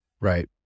Right